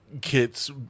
kits